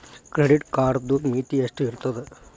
Credit ಕಾರ್ಡದು ಮಿತಿ ಎಷ್ಟ ಇರ್ತದ?